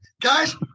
Guys